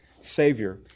Savior